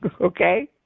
okay